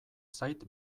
zait